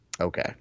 okay